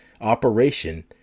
operation